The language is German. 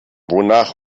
wonach